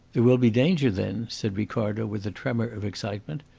there will be danger, then? said ricardo, with a tremor of excitement.